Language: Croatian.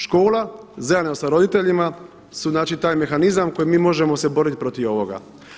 Škola zajedno sa roditeljima su znači taj mehanizam koji možemo se boriti protiv ovoga.